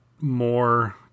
more